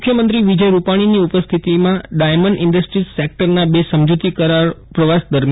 મુખ્યમંત્રી વિજય રૂપાછીની ઉપસ્થિતિમાં ડાયમંડ ઇન્ડસ્ટ્રીઝ સેક્ટરના બે સમજુતી કરાર પ્રવાસ દરમિયાન કરાશે